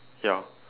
ya